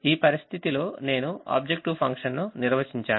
ఈ పరిస్థితిలో నేను ఆబ్జెక్టివ్ ఫంక్షన్ను నిర్వచించాను